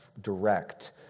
direct